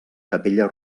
capella